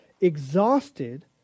exhausted